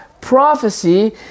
prophecy